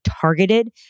targeted